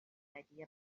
idea